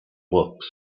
books